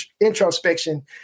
introspection